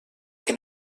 que